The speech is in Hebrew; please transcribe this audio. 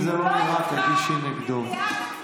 ממך להעיר לו.